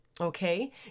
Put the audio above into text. okay